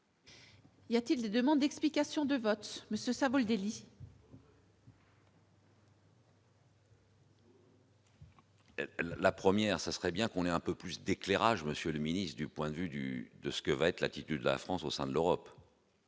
y a-t-il des demandes d'explications de vote Monsieur Savoldelli. La première, ça serait bien qu'on est un peu plus d'éclairage, monsieur le ministre, du point de vue du de ce que va être l'attitude de la France au sein de l'Europe.